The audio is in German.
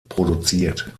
produziert